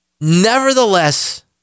Nevertheless